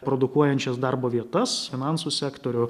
produkuojančias darbo vietas finansų sektorių